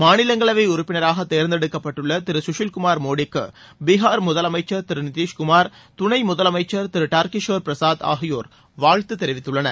மாநிலங்களவை உறுப்பினராக தேர்ந்தெடுக்கப்பட்டுள்ள திரு சுஷில் குமார் மோடிக்கு பீகார் முதலமைச்சா திரு நிதிஷ்குமா் துணை முதலமைச்சா திரு டாகிஷோா பிரசாத் ஆகியோா வாழ்த்து தெரிவித்துள்ளனர்